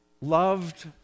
loved